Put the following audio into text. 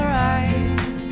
right